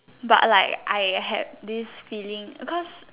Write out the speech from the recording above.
but like I had this feeling cause